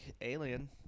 alien